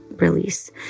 release